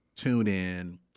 TuneIn